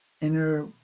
inner